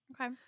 Okay